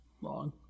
long